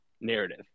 narrative